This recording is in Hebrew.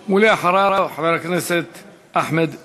ואחריו, חבר הכנסת אחמד טיבי.